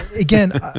again